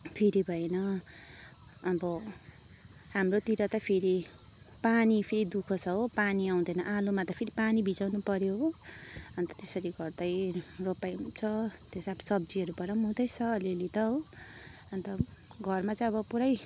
फेरि भएन अब हाम्रोतिर त फेरि पानी फेरि दुःख छ हो पानी आउँदैन आलुमा त फेरि पानी भिजाउनु पऱ्यो हो अन्त त्यसरी गर्दै रोपाइ हुन्छ त्यो सागसब्जीबाट पनि हुँदैछ अलिअलि त हो अन्त घरमा चाहिँ अब पुरै